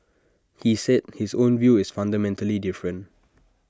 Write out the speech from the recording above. he said his own view is fundamentally different